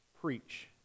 preach